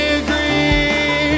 agree